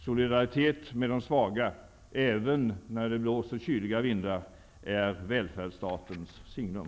Solidaritet med de svaga, även när det blåser kyliga vindar, är välfärdsstatens signum.